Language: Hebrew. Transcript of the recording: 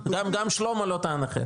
גם שלמה לא טען אחרת.